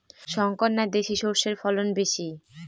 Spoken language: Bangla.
শংকর না দেশি সরষের ফলন বেশী?